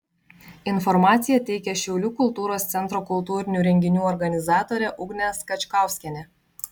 informaciją teikia šiaulių kultūros centro kultūrinių renginių organizatorė ugnė skačkauskienė